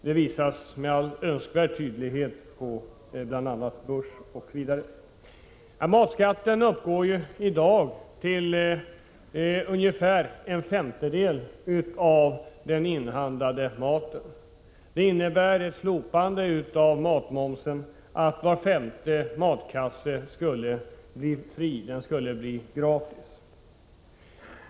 Det framgår med all önskvärd tydlighet bl.a. på börsen. Matskatten utgör i dag ungefär en femtedel av kostnaderna för den inhandlade maten. Ett slopande av matmomsen skulle innebära att var femte matkasse fås gratis.